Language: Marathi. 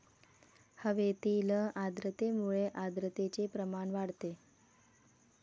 हवेतील आर्द्रतेमुळे आर्द्रतेचे प्रमाण वाढते